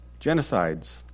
genocides